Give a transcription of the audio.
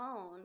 own